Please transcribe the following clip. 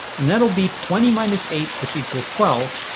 and that will be twenty minus eight which equals twelve.